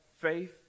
faith